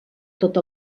tot